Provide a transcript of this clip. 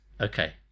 Okay